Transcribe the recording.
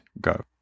go